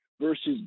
versus